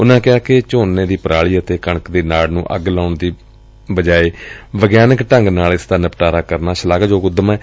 ਉਨੂਾਂ ਕਿਹਾ ਕਿ ਝੋਨੇ ਦੀ ਪਰਾਲੀ ਅਤੇ ਕਣਕ ਦੀ ਨਾੜ ਨੂੰ ਅੱਗ ਲਾਉਣ ਦੀ ਬਜਾਏ ਵਿਗਿਆਨਕ ਢੰਗ ਨਾਲ ਇਸਂ ਦਾ ਨਿਪਟਾਰਾ ਕਰਨਾ ਸ਼ਲਾਘਾਯੋਗ ਉੱਦਮ ਏ